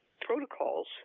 protocols